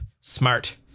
smart